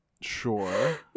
Sure